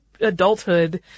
adulthood